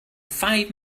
five